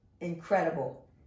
incredible